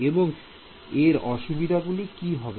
এবং এর অসুবিধাগুলি কি হবে